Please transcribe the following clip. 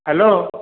hello